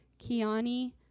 Kiani